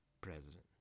president